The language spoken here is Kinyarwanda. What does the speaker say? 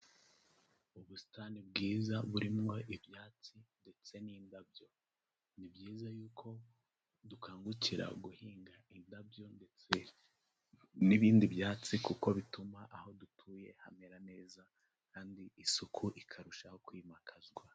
Ubusitani bwiza burimo ibyatsi ndetse n'indabyo, ni byiza y'uko dukangukira guhinga indabyo ndetse n'ibindi byatsi kuko bituma aho dutuye hamera neza kandi isuku ikarushaho kwimakazwa.